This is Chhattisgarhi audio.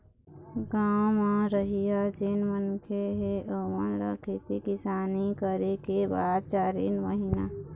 गाँव म रहइया जेन मनखे हे ओेमन ल खेती किसानी करे के बाद चारिन महिना